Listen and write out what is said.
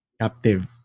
captive